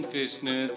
Krishna